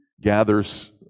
gathers